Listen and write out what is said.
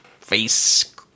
face